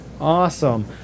Awesome